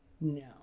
No